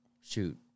shoot